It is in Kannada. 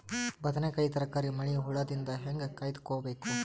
ಬದನೆಕಾಯಿ ತರಕಾರಿ ಮಳಿ ಹುಳಾದಿಂದ ಹೇಂಗ ಕಾಯ್ದುಕೊಬೇಕು?